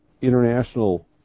international